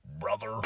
Brother